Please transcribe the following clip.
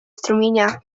strumienia